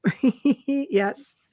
Yes